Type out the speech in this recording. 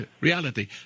reality